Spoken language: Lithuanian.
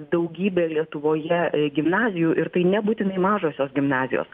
daugybė lietuvoje gimnazijų ir tai nebūtinai mažosios gimnazijos